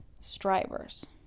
Strivers